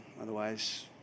Otherwise